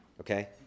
okay